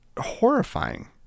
horrifying